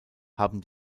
haben